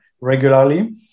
regularly